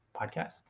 podcast